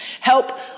Help